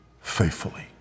faithfully